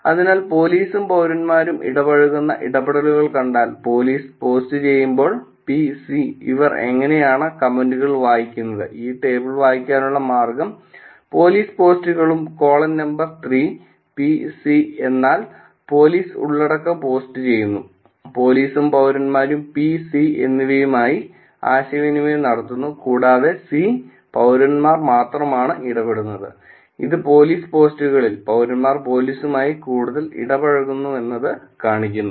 അതിനാൽ പോലീസും പൌരന്മാരും ഇടപഴകുന്ന ഇടപെടലുകൾ കണ്ടാൽ പോലീസ് പോസ്റ്റു ചെയ്യുമ്പോൾ PC ഇവർ എങ്ങനെയാണ് കമന്റുകൾ ചെയ്യുന്നത് ഈ ടേബിൾ വായിക്കാനുള്ള മാർഗ്ഗം പോലീസ് പോസ്റ്റ്കോളം നമ്പർ 3 PC എന്നാൽ പോലീസ് ഉള്ളടക്കം പോസ്റ്റുചെയ്യുന്നു പോലീസും പൌരന്മാരും P C എന്നിവയുമായി ആശയവിനിമയം നടത്തുന്നു കൂടാതെ C പൌരന്മാർ മാത്രമാണ് ഇടപെടുന്നത് ഇത് പോലീസ് പോസ്റ്റുകളിൽ പൌരന്മാർ പോലീസുമായി കൂടുതൽ ഇടപഴകുന്നുവെന്ന് കാണിക്കുന്നു